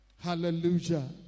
Hallelujah